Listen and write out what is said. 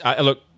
look